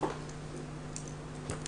אני